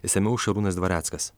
išsamiau šarūnas dvareckas